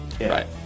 Right